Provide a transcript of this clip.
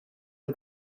est